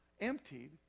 emptied